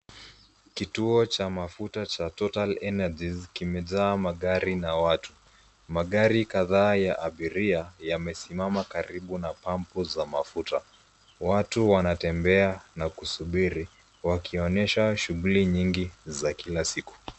Kituo cha mafuta cha total energies, kimejaa magari na watu. Magari kadhaa ya abiria yamesimama karibu na pampu za mafuta. Watu wanatembea na kusubiri, wakionesha shughuli nyingi za kila siku.